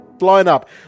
line-up